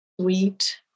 sweet